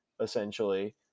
Essentially